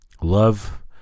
Love